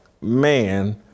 man